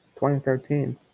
2013